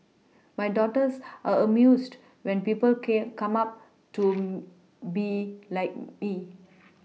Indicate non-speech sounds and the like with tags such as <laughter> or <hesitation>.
my daughters are amused when people came come up to <hesitation> be like it